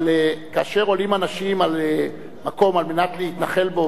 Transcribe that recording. אבל כאשר עולים אנשים למקום על מנת להתנחל בו,